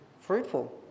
fruitful